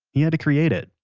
he had to create it,